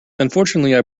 unfortunately